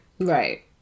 Right